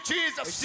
Jesus